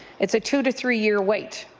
it's a two to three year wait.